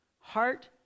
heart